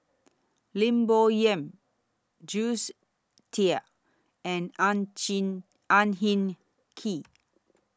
Lim Bo Yam Jules Itier and Ang Ang Hin Kee